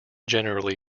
generally